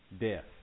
death